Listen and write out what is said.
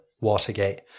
Watergate